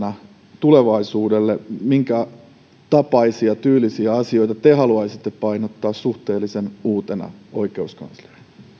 ja tulevaisuudelle minkä tapaisia tyylisiä asioita te haluaisitte painottaa suhteellisen uutena oikeuskanslerina